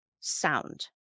sound